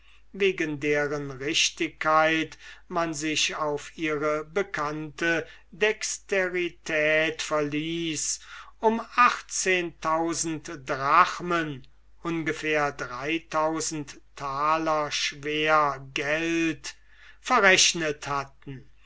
wegen deren richtigkeit man sich auf ihre bekannte dexterität verließ um drachmen ungefähr dritthalb tausend taler unsers geldes verrechnet hatten